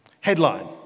headline